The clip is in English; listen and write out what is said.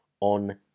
on